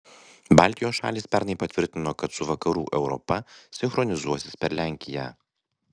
baltijos šalys pernai patvirtino kad su vakarų europa sinchronizuosis per lenkiją